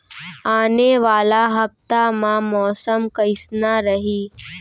आने वाला हफ्ता मा मौसम कइसना रही?